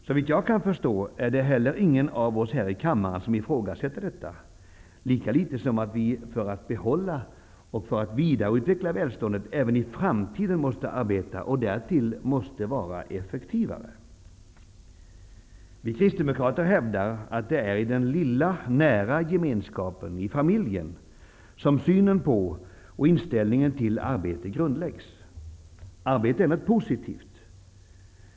Såvitt jag kan förstå är det heller ingen av oss här i kammaren som ifrågasätter detta, lika lite som att vi för att behålla och vidareutveckla välståndet även i framtiden måste arbeta och därtill måste vara effektivare. Vi kristdemokrater hävdar att det är i den lilla, nära gemenskapen, i familjen, som synen på och inställningen till arbete grundläggs. Arbete är något positivt.